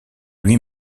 lui